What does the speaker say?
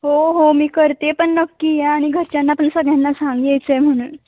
हो हो मी करते पण नक्की या आणि घरच्यांना पण सगळ्यांना सांग यायचं आहे म्हणून